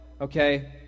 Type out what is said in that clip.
okay